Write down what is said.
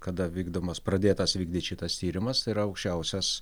kada vykdomas pradėtas vykdyt šitas tyrimas tai yra aukščiausias